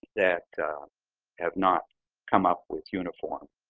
that have not come up with uniform